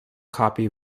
copy